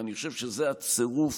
ואני חושב שזה הצירוף